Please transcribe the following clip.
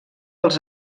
als